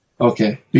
Okay